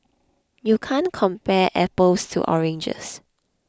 you can't compare apples to oranges